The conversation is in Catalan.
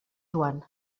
joan